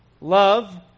love